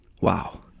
Wow